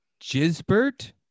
Jisbert